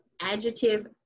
adjective